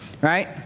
right